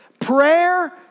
Prayer